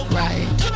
right